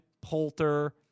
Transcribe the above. Poulter